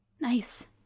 Nice